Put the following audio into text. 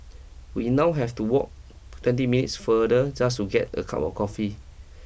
we now have to walk twenty minutes farther just to get a cup of coffee